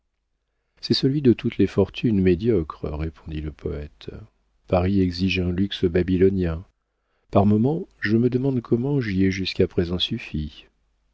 c'est celui de toutes les fortunes médiocres répondit le poëte paris exige un luxe babylonien par moments je me demande comment j'y ai jusqu'à présent